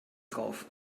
drauf